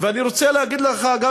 ואני רוצה להגיד לך גם,